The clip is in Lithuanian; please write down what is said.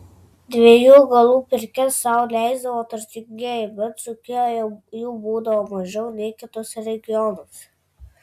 dviejų galų pirkias sau leisdavo turtingieji bet dzūkijoje jų būdavo mažiau nei kituose regionuose